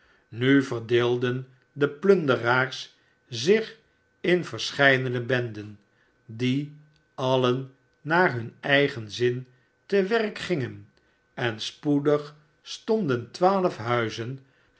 nu verdeelden de plunderaars zich in verscheidene benden die alien naar hun eigen zin te werk gingen en spoedig stonden twaalf huizen